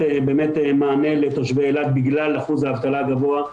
באמת מענה לתושבי אילת בגלל אחוז האבטלה הגבוה,